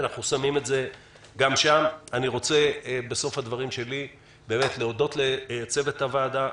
אני רוצה להודות לצוות הוועדה,